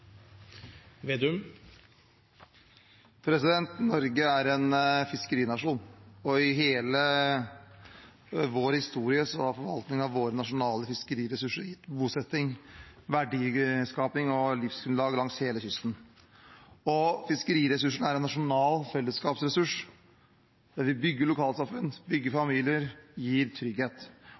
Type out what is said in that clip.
Norge er en fiskerinasjon, og i hele vår historie har forvaltning av våre nasjonale fiskeriressurser gitt bosetting, verdiskaping og livsgrunnlag langs hele kysten. Fiskeriressursene er en nasjonal fellesskapsressurs, der vi bygger lokalsamfunn, bygger familier og gir trygghet.